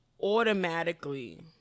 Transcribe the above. automatically